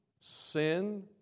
sin